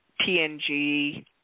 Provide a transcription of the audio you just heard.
TNG